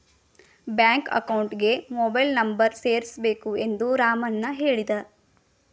bank ಅಕೌಂಟ್ಗೆ mobile number ಸೇರಿಸಬೇಕು ಎಂದು ರಾಮಣ್ಣ ಹೇಳಿದ